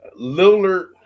Lillard